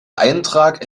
eintrag